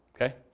Okay